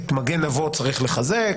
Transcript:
את מגן אבות צריך לחזק,